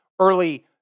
early